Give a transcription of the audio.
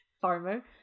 Farmer